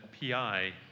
PI